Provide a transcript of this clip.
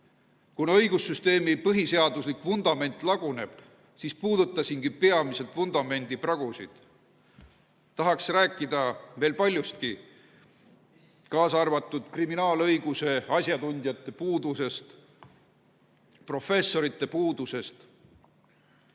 Kuna õigussüsteemi põhiseaduslik vundament laguneb, siis puudutasingi peamiselt vundamendi pragusid. Tahaksin rääkida veel paljustki, kaasa arvatud kriminaalõiguse asjatundjate puudusest, professorite puudusest.